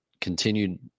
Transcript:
continued